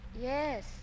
Yes